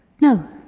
No